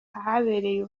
ahabereye